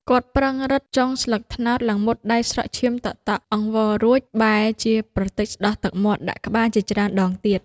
គាត់ប្រឹងរឹតចុងស្លឹកត្នោតឡើងមុតដៃស្រក់ឈាមតក់ៗ អង្វររួច បែរជេរប្រទេចស្ដោះទឹកមាត់ដាក់ក្បាលជាច្រើនដងទៀត។